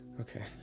Okay